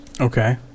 Okay